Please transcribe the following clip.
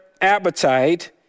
appetite